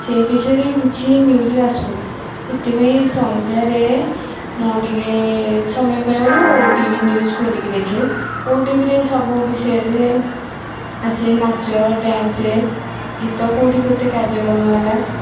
ସେ ବିଷୟରେ କିଛି ନିଉଜ୍ ଆସୁନି ସେଥିପାଇଁ ସନ୍ଧ୍ୟାରେ ମୁଁ ଟିକେ ସମୟ ପାଇବାରୁ ଓଟିଭି ନିଉଜ୍ ଖୋଲିକି ଦେଖେ ଓଟିଭିରେ ସବୁ ବିଷୟରେ ଆସେ ନାଚ ଡ୍ୟାନ୍ସ ଗୀତ କେଉଁଠି କେତେ କାର୍ଯ୍ୟକ୍ରମ ହେଲା